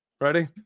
ready